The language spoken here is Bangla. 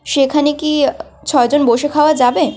সেখানে কি ছয়জন বসে খাওয়া যাবে